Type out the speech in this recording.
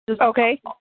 Okay